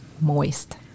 moist